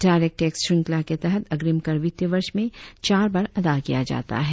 direct tax श्रृखला के तहत अग्रिम कर वित्तीय वर्ष में चार बार अदा किया जाता है